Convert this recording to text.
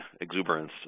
exuberance